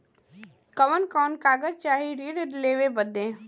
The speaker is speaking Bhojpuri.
कवन कवन कागज चाही ऋण लेवे बदे?